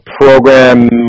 program